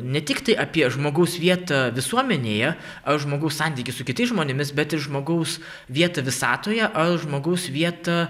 ne tiktai apie žmogaus vietą visuomenėje ar žmogaus santykį su kitais žmonėmis bet ir žmogaus vietą visatoje ar žmogaus vietą